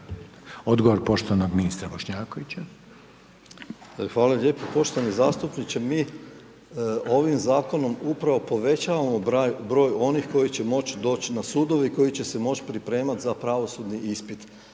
Odgovor poštovanog ministra Bošnjakovića. **Bošnjaković, Dražen (HDZ)** Hvala lijepo poštovani zastupniče, mi ovim zakonom upravo povećamo broj onih koji će moći doći na sudove i koji će se moći pripremat za pravosudni ispit.